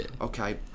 Okay